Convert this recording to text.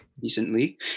decently